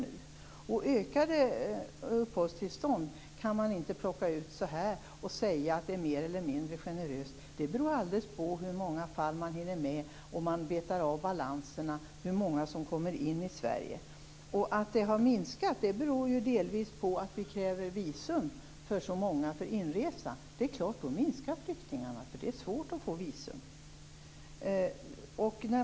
Man kan inte ta en ökning av antalet uppehållstillstånd till intäkt för att generositeten har ökat eller minskat. Hur många som kommer in i Sverige beror på hur många fall man hinner med när man betar av balanserna. Att antalet har minskat beror delvis på att vi kräver visum för så många när det gäller inresa. Då minskar antalet flyktingar, eftersom det är svårt att få visum.